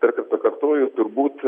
dar kartą kartoju turbūt